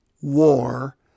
war